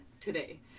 today